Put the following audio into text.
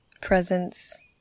presence